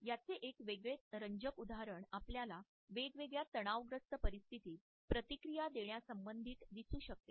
याचे एक वेगळच रंजक उदाहरण आपल्याला वेगवेगळ्या तणावग्रस्त परिस्थितीत प्रतिक्रिया देण्यासंबंधित दिसू शकते